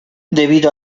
debido